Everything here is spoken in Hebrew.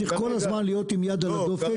צריך כל הזמן להיות עם יד על הדופק.